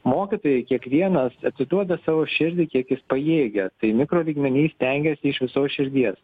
mokytojai kiekvienas atiduoda savo širdį kiek jis pajėgia tai mikro lygmeny stengiasi iš visos širdies